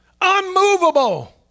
unmovable